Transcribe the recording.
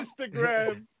Instagram